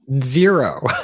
Zero